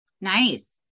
Nice